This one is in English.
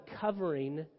covering